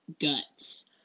guts